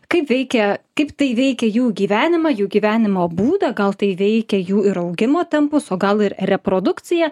kaip veikia kaip tai veikia jų gyvenimą jų gyvenimo būdą gal tai veikia jų ir augimo tempus o gal ir reprodukciją